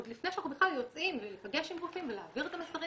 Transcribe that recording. עוד לפני בכלל שאנחנו יוצאים להיפגש עם רופאים ולהעביר את המסרים